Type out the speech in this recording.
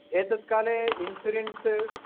एतत् काले इन्सुरेन्स्